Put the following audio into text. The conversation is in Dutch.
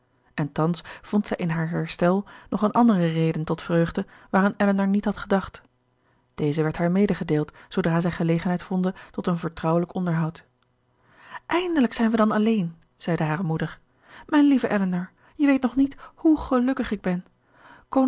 en thans vond zij in haar herstel nog eene andere reden tot vreugde waaraan elinor niet had gedacht deze werd haar medegedeeld zoodra zij gelegenheid vonden tot een vertrouwelijk onderhoud eindelijk zijn we dan alleen zeide hare moeder mijn lieve elinor je weet nog niet hoe gelukkig ik ben